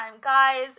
Guys